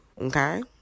Okay